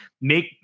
make